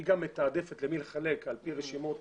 היא גם מתעדפת למי לחלק על פי רשימות